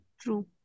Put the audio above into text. True